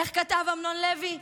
איך כתב אמנון לוי?